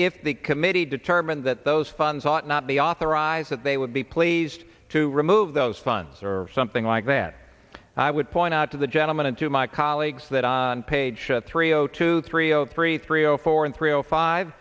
if the committee determined that those funds ought not be authorized that they would be pleased to remove those funds or something like that i would point out to the gentleman and to my colleagues that on page three zero two three zero three three zero four one three zero five